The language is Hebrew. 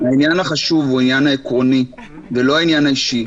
העניין החשוב הוא העניין העקרוני ולא העניין האישי.